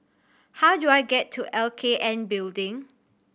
how do I get to L K N Building